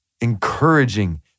encouraging